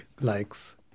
likes